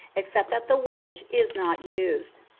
except that the wedge is not used.